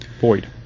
Void